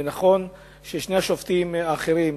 ונכון ששני השופטים האחרים,